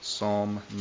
Psalm